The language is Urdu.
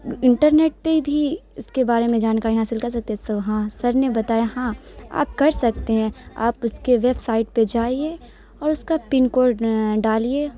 انٹرنیٹ پہ بھی اس کے بارے میں جانکاری حاصل کر سکتے ہیں سو ہاں سر نے بتایا ہاں آپ کر سکتے ہیں آپ اس کے ویب سائٹ پہ جائیے اور اس کا پن کوڈ ڈالیے